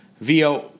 via